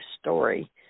story